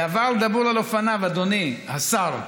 דבר דבור על אופניו, אדוני השר.